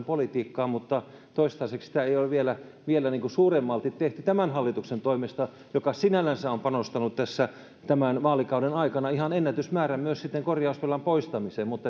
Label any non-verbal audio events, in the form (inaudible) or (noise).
(unintelligible) politiikkaan mutta toistaiseksi sitä ei ole vielä vielä suuremmalti tehty tämän hallituksen toimesta joka sinällänsä on panostanut tämän vaalikauden aikana ihan ennätysmäärän myös korjausvelan poistamiseen mutta (unintelligible)